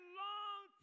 long